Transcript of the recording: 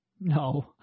No